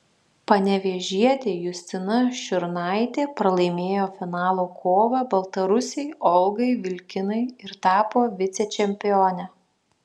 panevėžietė justina šiurnaitė pralaimėjo finalo kovą baltarusei olgai vilkinai ir tapo vicečempione